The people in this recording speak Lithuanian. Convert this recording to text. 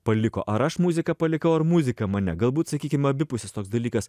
paliko ar aš muziką palikau ar muzika mane galbūt sakykim abipusis toks dalykas